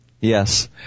Yes